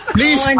Please